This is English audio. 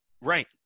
Right